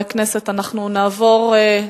חברי הכנסת, אנחנו נעבור להצבעה.